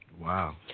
wow